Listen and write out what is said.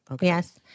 yes